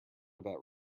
about